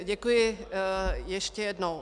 Děkuji ještě jednou.